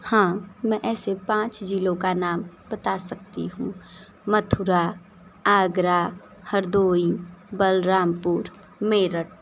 हाँ मैं ऐसे पाँच जिलों का नाम बता सकती हूँ मथुरा आगरा हरदोई बलरामपुर मेरठ